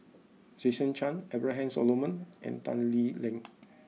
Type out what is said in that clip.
Jason Chan Abraham Solomon and Tan Lee Leng